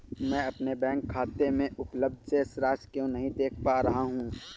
मैं अपने बैंक खाते में उपलब्ध शेष राशि क्यो नहीं देख पा रहा हूँ?